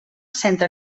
centre